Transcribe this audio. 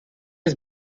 his